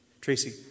Tracy